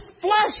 flesh